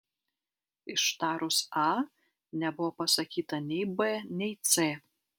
ištarus a nebuvo pasakyta nei b nei c